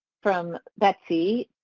from betsy.